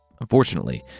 unfortunately